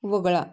वगळा